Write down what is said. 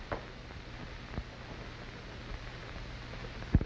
it's